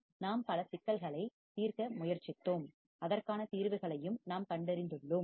நாம் பல சிக்கல்களை தீர்க்க முயற்சித்தோம் அதற்கான தீர்வுகளையும் நாம் கண்டறிந்துள்ளோம்